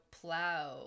plow